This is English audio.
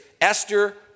Esther